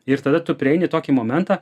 ir tada tu prieini tokį momentą